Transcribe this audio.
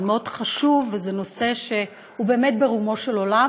זה מאוד חשוב, וזה נושא שהוא באמת ברומו של עולם,